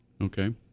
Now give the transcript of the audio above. Okay